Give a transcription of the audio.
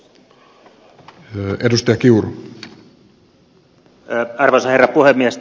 arvoisa herra puhemies